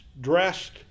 dressed